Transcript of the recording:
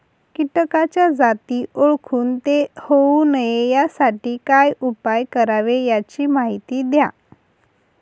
किटकाच्या जाती ओळखून ते होऊ नये यासाठी काय उपाय करावे याची माहिती द्या